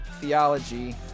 theology